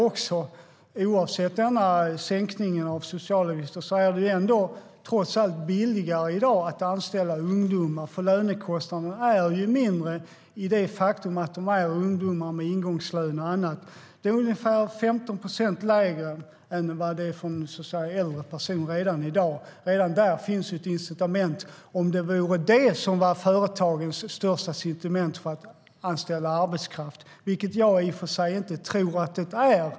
Oavsett denna sänkning av socialavgifter är det ändå trots allt billigare i dag att anställda ungdomar, eftersom lönekostnaderna är mindre på grund av det faktum att de är ungdomar med lägre ingångslöner och annat. Det är ungefär 15 procent lägre kostnad än vad det är för en äldre person redan i dag. Redan där finns ett incitament, om det var företagens största hinder för att anställa ung arbetskraft, vilket jag i och för sig inte tror att det är.